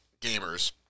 gamers